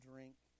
Drink